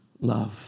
love